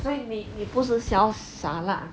所以你你不是潇洒 lah